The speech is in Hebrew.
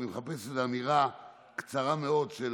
אני מחפש איזו אמירה קצרה מאוד של